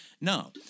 No